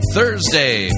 Thursday